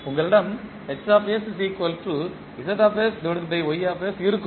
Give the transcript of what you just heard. உங்களிடம் இருக்கும்